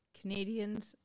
Canadians